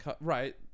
Right